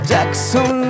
Jackson